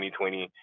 2020